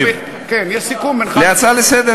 ויש פה סיכום בינך לבין השר,